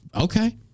Okay